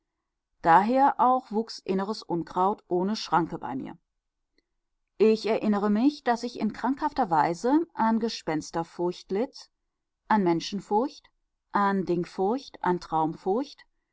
daher auch wuchs inneres unkraut ohne schranke bei mir ich erinnere mich daß ich in krankhafter weise an gespensterfurcht litt an menschenfurcht an